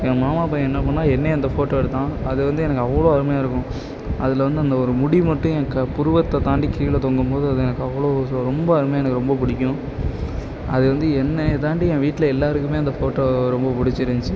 எங்கள் மாமா பையன் என்ன பண்ணிணான் என்னைய அந்த ஃபோட்டோ எடுத்தான் அது வந்து எனக்கு அவ்வளோ அருமையாக இருக்கும் அதில் வந்து அந்த ஒரு முடி மட்டும் எனக்கு புருவத்தை தாண்டி கீழே தொங்கும் போது அது எனக்கு அவ்வளோ ஒரு ரொம்ப அருமையாக எனக்கு ரொம்ப பிடிக்கும் அது வந்து என்னைய தாண்டி என் வீட்டில் எல்லோருக்குமே அந்த ஃபோட்டோ ரொம்ப பிடிச்சிருந்துச்சி